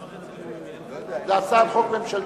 זו הצעת חוק ממשלתית.